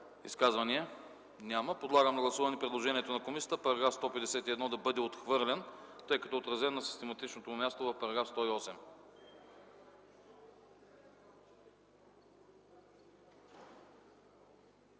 Изказвания? Няма. Подлагам на гласуване предложението на комисията § 151 да бъде отхвърлен, тъй като е отразен на систематичното му място в § 108.